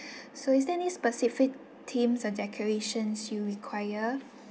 so is there any specific themes or decorations you require